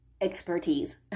expertise